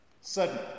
Sudden